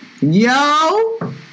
Yo